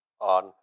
on